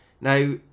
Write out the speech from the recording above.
Now